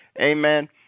Amen